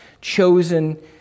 chosen